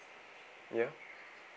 ya